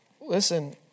Listen